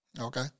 Okay